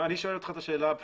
אני שואל שאלה פשוטה.